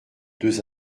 deux